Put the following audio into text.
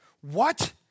What